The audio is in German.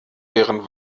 wären